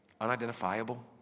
unidentifiable